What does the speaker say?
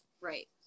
right